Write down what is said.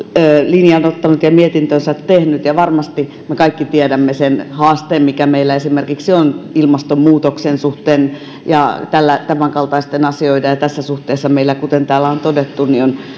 linjan ottanut ja mietintönsä tehnyt ja varmasti me kaikki tiedämme sen haasteen mikä meillä on esimerkiksi ilmastonmuutoksen ja tämänkaltaisten asioiden suhteen ja tässä suhteessa meillä kuten täällä on todettu on